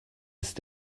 ist